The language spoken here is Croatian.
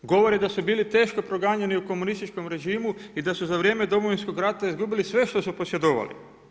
Govore da su bili teško proganjani u komunističkom režimu i da su za vrijeme Domovinskog rata izgubili sve što su posjedovali.